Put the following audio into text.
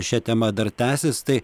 šia tema dar tęsis tai